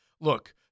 Look